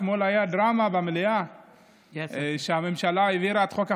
אתמול הייתה דרמה במליאה כשהממשלה העבירה את חוק החשמל.